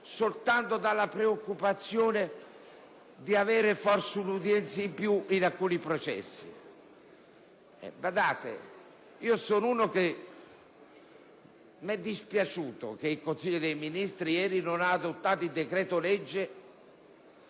soltanto dalla preoccupazione di avere forse un'udienza in più in alcuni processi. Badate, a me è dispiaciuto che il Consiglio dei ministri ieri non abbia adottato il decreto-legge;